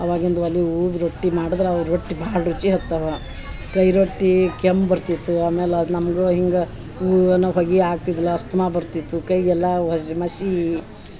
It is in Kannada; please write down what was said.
ಅವಾಗಿಂದ ಒಲೆ ಊದ ಗಟ್ಟಿ ಮಾಡದ್ರ ಅವ ರೊಟ್ಟಿ ಭಾಳ ರುಚಿ ಹತ್ತವ ಕೈ ರೊಟ್ಟಿ ಕೆಂಪು ಬರ್ತಿತ್ತು ಆಮೇಲೆ ಅದು ನಮ್ಗು ಹಿಂಗೆ ಊ ಅನೊ ಹೋಗಿ ಆಗ್ತಿದಿಲ್ಲ ಅಸ್ತ್ಮ ಬರ್ತಿತ್ತು ಕೈಗೆಲ್ಲಾ ವಸ್ ಮಶೀ